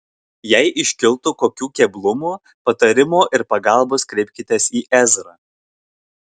jei iškiltų kokių keblumų patarimo ir pagalbos kreipkitės į ezrą